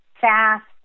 fast